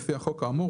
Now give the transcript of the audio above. לפי החוק האמור,